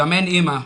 גם אין אימא,